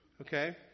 Okay